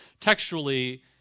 textually